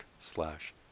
slash